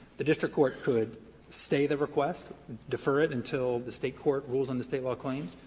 the district court could stay the request, defer it until the state court rules on the state law claims.